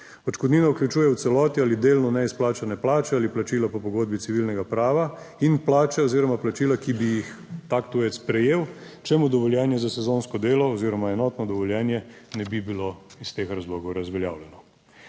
Odškodnino vključuje v celoti ali delno neizplačane plače ali plačila po pogodbi. Civilnega prava in plače oziroma plačila, ki bi jih tak tujec prejel, če mu dovoljenje za sezonsko delo oziroma enotno dovoljenje ne bi bilo iz teh razlogov razveljavljeno.